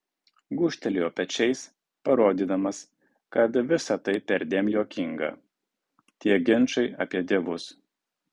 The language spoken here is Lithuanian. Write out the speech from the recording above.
gūžtelėjau pečiais parodydamas kad visa tai perdėm juokinga tie ginčai apie dievus